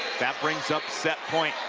that brings up set point.